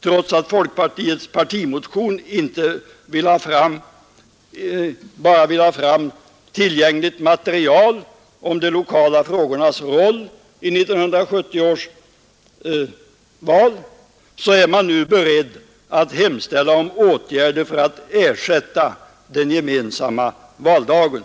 Trots att man i folkpartiets partimotion bara ville ha fram tillgängligt material om de lokala frågornas roll vid 1970 års val är man nu beredd att hemställa om åtgärder för att ersätta den gemensamma valdagen.